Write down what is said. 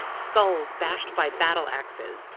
skulls bashed by battle-axes,